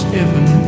Heaven